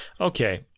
Okay